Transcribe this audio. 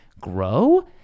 grow